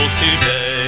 today